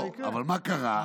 לא, אבל מה קרה?